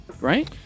right